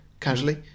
casually